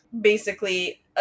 Basically-